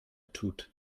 tut